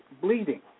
bleeding